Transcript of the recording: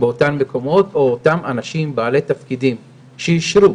באותם מקומות ואת אותם בעלי תפקידים שאישרו